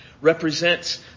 represents